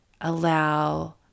allow